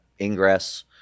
ingress